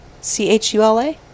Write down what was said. c-h-u-l-a